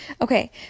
okay